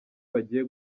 bagiye